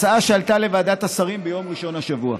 הצעה שעלתה לוועדת השרים ביום ראשון השבוע.